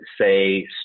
say